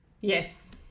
Yes